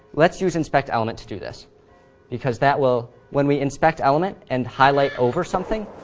let's use inspect element to do this because that will when we inspect element and highlight over something,